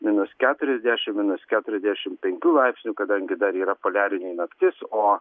minus keturiasdešimt minus keturiasdešimt penkių laipsnių kadangi dar yra poliarinė naktis o